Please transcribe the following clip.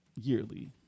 yearly